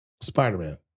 Spider-Man